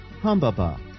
Humbaba